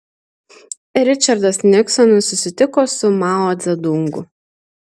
ričardas niksonas susitiko su mao dzedungu